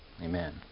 Amen